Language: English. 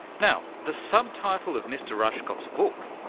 now the subtitle of mr rushkoff's book,